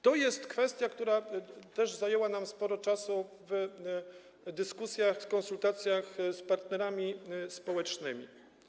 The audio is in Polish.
To jest kwestia, która też zajęła nam sporo czasu w dyskusjach, w konsultacjach z partnerami społecznymi.